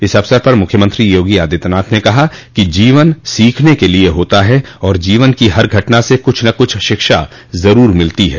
इस अवसर पर मुख्यमंत्री योगी आदित्यनाथ ने कहा कि जीवन सीखने के लिये होता है और जीवन की हर घटना से कुछ न कुछ शिक्षा जरूर मिलती ह